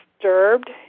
disturbed